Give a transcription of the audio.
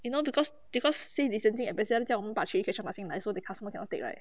you know because because say safe distancing ambassadors 叫我们把 chilli ketchup 拿进来 so the customer cannot take right